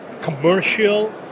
commercial